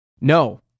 No